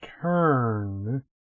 turn